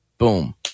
Boom